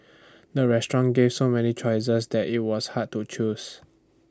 the restaurant gave so many choices that IT was hard to choose